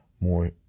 more